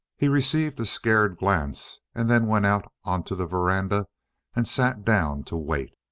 he received a scared glance, and then went out onto the veranda and sat down to wait.